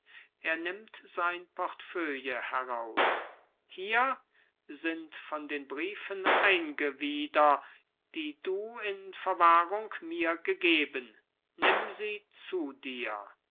er nimmt sein portefeuille heraus hier sind von den briefen einge wieder die du in verwahrung mir gegeben nimm sie zu dir